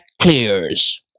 clears